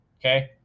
okay